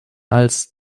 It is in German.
als